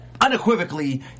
unequivocally